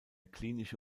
klinische